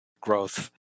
growth